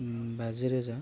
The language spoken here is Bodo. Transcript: बाजि रोजा